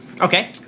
Okay